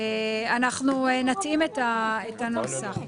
אנחנו נתאים את הנוסח.